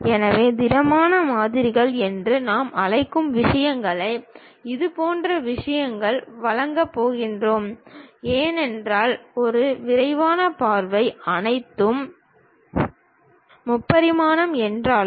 எனவே திடமான மாதிரிகள் என்று நாம் அழைக்கும் விஷயங்களை இதுபோன்ற விஷயங்களை வழங்கப் போகிறோம் என்றால் ஒரு விரிவான பார்வை அனைத்தும் முப்பரிமாண என்றாலும்